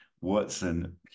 Watson